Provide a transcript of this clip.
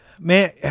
man